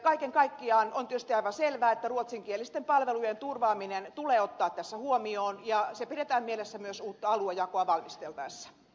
kaiken kaikkiaan on tietysti aivan selvää että ruotsinkielisten palvelujen turvaaminen tulee ottaa tässä huomioon ja se pidetään mielessä myös uutta aluejakoa valmisteltaessa